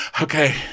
okay